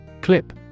Clip